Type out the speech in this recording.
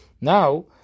Now